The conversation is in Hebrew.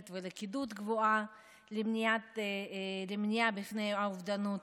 ולכידות גבוהה למניעה בפני האובדנות.